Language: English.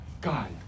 God